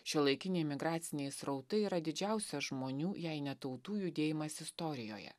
šiuolaikiniai migraciniai srautai yra didžiausia žmonių jei ne tautų judėjimas istorijoje